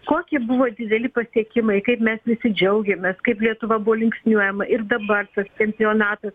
kokie buvo dideli pasiekimai kaip mes nesidžiaugiam mes kaip lietuva buvo linksniuojama ir dabar tas čempionatas